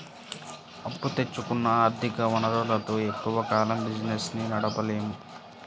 అప్పు తెచ్చుకున్న ఆర్ధిక వనరులతో ఎక్కువ కాలం బిజినెస్ ని నడపలేము